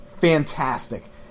fantastic